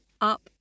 up